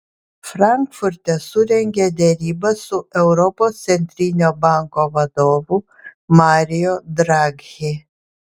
frankfurte surengė derybas su europos centrinio banko vadovu mario draghi